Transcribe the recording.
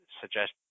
suggest